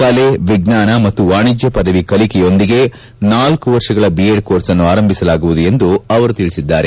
ಕಲೆ ವಿಣ್ಣಾನ ಮತ್ತು ವಾಣಿಜ್ಯ ಪದವಿ ಕಲಿಕೆಯೊಂದಿಗೇ ನಾಲ್ಲು ವರ್ಷಗಳ ಬಿಎಡ್ ಕೋರ್ಸ್ಅನ್ನು ಆರಂಭಿಸಲಾಗುವುದು ಎಂದು ಅವರು ತಿಳಿಸಿದ್ದಾರೆ